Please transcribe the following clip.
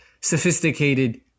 sophisticated